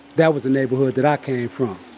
that was the neighborhood that i came from.